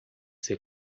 ser